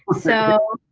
so